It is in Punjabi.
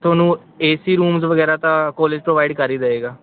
ਤੁਹਾਨੂੰ ਏ ਸੀ ਰੂਮਜ ਵਗੈਰਾ ਤਾਂ ਕੋਲੇਜ ਪ੍ਰੋਵਾਈਡ ਕਰ ਹੀ ਦਵੇਗਾ